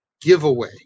giveaway